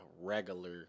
regular